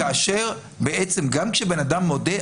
כאשר גם כאשר בן אדם מודה,